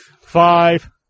five